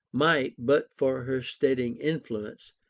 might, but for her steadying influence,